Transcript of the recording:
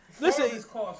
Listen